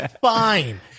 fine